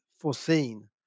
foreseen